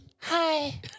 Hi